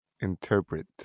interpret